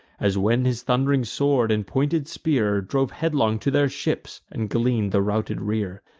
as when his thund'ring sword and pointed spear drove headlong to their ships, and glean'd the routed rear.